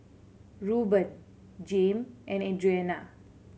Reuben Jame and Adriana